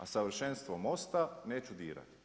A u savršenstvo MOST-a neću dirati.